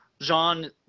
Jean